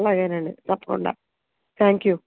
అలాగే అండి తప్పకుండా థ్యాంక్ యూ